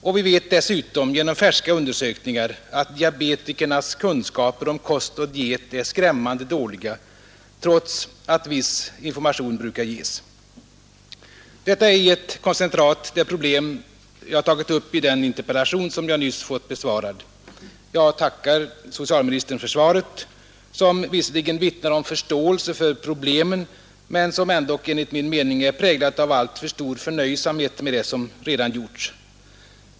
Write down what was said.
Och vi vet dessutom genom färska undersökningar, att diabetikernas kunskaper om kost och diet är skrämmande dåliga trots att viss information brukar ges. Detta är i ett koncentrat det problem jag tagit upp i den interpellation som jag nyss fått besvarad. Jag tackar för svaret, som visserligen vittnar om förståelse för problemen men ändock enligt min mening är präglat av alltför stor förnöjsamhet med det som gjorts.